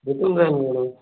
भेटून जाईल मॅडम